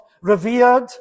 revered